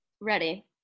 Ready